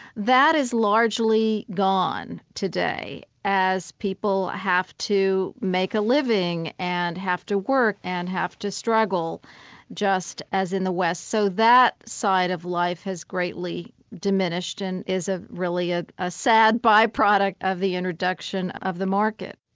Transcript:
that is largely gone today, as people have to make a living and have to work and have to struggle just as in the west, so that side of life has greatly diminished and is ah really ah a sad by-product of the introduction of the market.